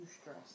stress